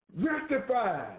rectified